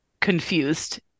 confused